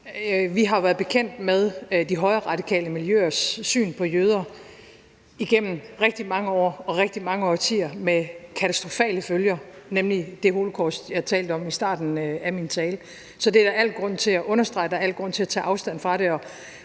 Vi har været bekendt med de højreradikale miljøers syn på jøder igennem rigtig mange år og rigtig mange årtier med katastrofale følger, nemlig det holocaust, jeg talte om i starten af min tale. Så det er der al grund til at understrege, og der er al grund til at tage afstand fra det,